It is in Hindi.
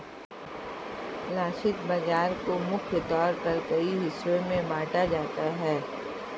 लक्षित बाजार को मुख्य तौर पर कई हिस्सों में बांटा जाता है